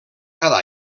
cada